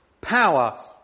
power